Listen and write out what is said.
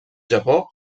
japó